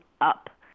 up